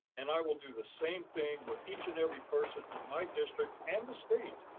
and i will do the same thing with each and every person in my district and the state.